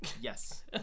Yes